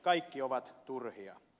kaikki ovat turhia